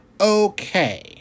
okay